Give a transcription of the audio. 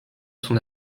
son